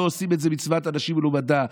לא עושים את זה מצוות אנשים מלומדה,